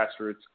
grassroots